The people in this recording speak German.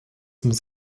muss